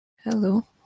Hello